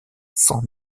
cent